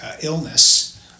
illness